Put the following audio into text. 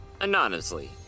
Anonymously